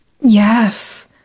Yes